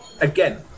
again